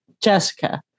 Jessica